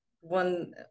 One